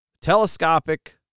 telescopic